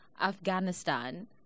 Afghanistan